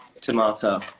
tomato